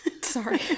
Sorry